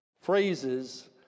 phrases